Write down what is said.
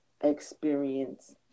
experience